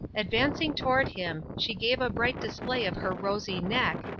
advancing toward him, she gave a bright display of her rosy neck,